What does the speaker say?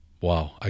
Wow